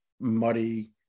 muddy